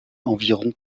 environ